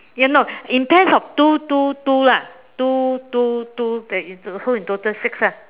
ya no in pairs of two two two lah two two two that in so in total six ah